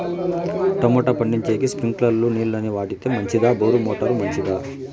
Tomato పండించేకి స్ప్రింక్లర్లు నీళ్ళ ని వాడితే మంచిదా బోరు మోటారు మంచిదా?